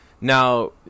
now